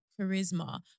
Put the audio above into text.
charisma